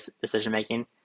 decision-making